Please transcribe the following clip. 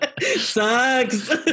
Sucks